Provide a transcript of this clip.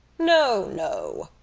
no, no!